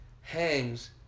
hangs